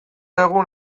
egun